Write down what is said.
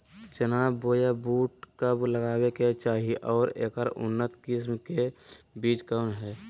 चना बोया बुट कब लगावे के चाही और ऐकर उन्नत किस्म के बिज कौन है?